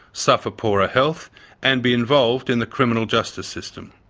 suffer poorer ah health and be involved in the criminal justice system.